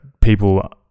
people